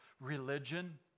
religion